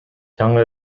жаңы